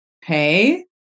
Hey